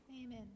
Amen